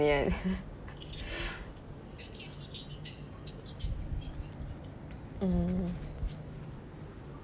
reunion mm